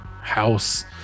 house